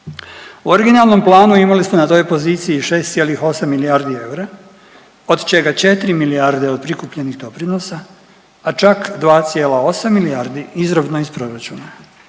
U originalnom planu imali smo na toj poziciji 6,8 milijardi eura od čega 4 milijarde od prikupljenih doprinosa, a čak 2,8 milijardi izravno iz proračuna.